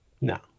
No